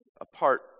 apart